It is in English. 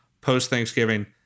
post-Thanksgiving